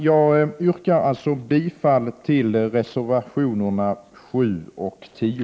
Jag yrkar bifall till reservationerna 7 och 10.